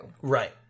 Right